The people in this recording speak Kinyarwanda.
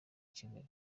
kigali